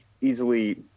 easily